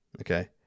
Okay